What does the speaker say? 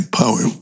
power